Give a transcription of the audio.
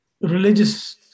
religious